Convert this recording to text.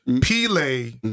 Pele